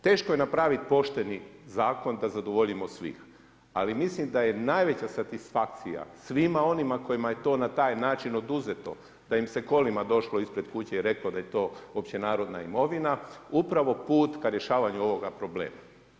Teško je napraviti pošteni zakon da zadovoljimo svih, ali mislim da je najveća satisfakcija svima onima kojima je to na taj način oduzeto da im se kolima došlo ispred kuće i reklo da je to općenarodna imovina, upravo put k rješavanju ovoga problema.